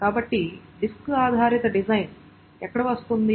కాబట్టి డిస్క్ ఆధారిత డిజైన్ ఎక్కడ వస్తోంది